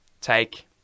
take